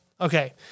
Okay